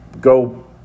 go